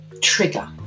trigger